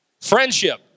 Friendship